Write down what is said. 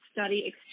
Study